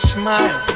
smile